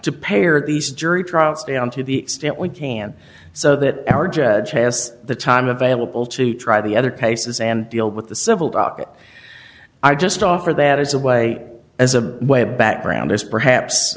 to parrot these jury trials down to the extent we can so that our judge has the time available to try the other paces and deal with the civil docket i just offer that as a way as a way of background as perhaps